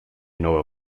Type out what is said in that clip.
nuevo